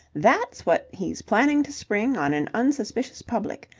that's what he's planning to spring on an unsuspicious public.